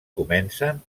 comencen